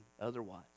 otherwise